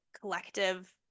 collective